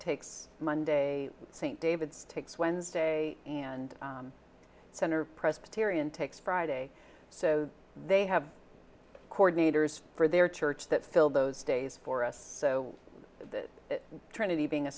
takes monday st david's takes wednesday and center presbyterian takes friday so they have coordinators for their church that fill those days for us so that trinity being a